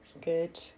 Good